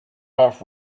off